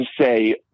say